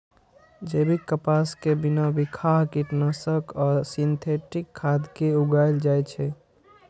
जैविक कपास कें बिना बिखाह कीटनाशक आ सिंथेटिक खाद के उगाएल जाए छै